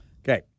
Okay